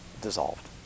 dissolved